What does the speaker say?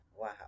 Wow